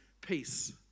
peace